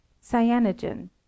cyanogen